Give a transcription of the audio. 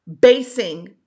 basing